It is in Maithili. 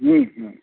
हॅं हॅं